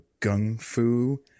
gung-fu